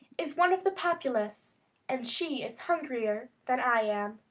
is one of the populace and she is hungrier than i am.